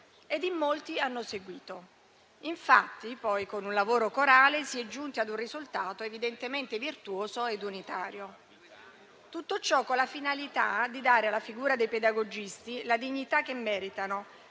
e in molti hanno seguito. Poi, con un lavoro corale, si è giunti ad un risultato evidentemente virtuoso ed unitario. Tutto ciò con la finalità di dare alla figura dei pedagogisti la dignità che meritano